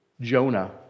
Jonah